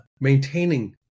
maintaining